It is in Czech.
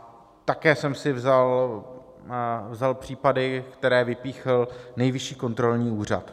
A také jsem si vzal případy, které vypíchl Nejvyšší kontrolní úřad.